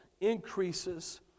increases